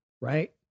right